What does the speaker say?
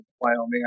wyoming